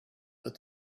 but